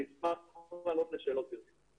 אני אשמח לענות לשאלות, גברתי.